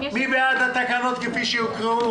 מי בעד הצעת החוק כפי שהוקרא?